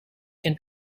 can